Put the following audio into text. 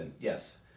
yes